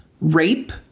rape